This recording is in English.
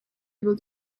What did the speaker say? able